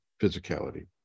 physicality